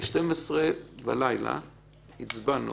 ב-24:00 הצבענו